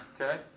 okay